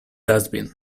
dustbin